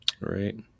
Right